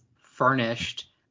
furnished